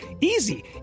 Easy